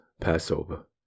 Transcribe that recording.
passover